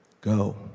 go